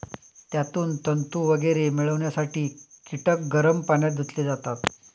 त्यातून तंतू वगैरे मिळवण्यासाठी कीटक गरम पाण्यात धुतले जातात